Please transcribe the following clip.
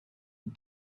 and